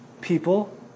people